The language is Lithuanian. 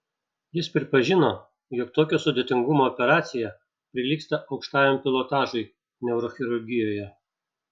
jis pripažino jog tokio sudėtingumo operacija prilygsta aukštajam pilotažui neurochirurgijoje